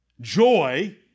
joy